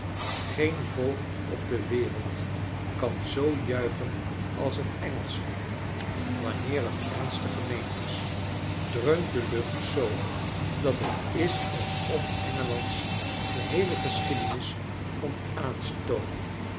geen volk op de wereld kan zoo juichen als het engelsche wanneer het ernstig gemeend is dreunt de lucht zoo dat het is alsof engeland's geheele geschiedenis komt aanstoomen